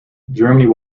germany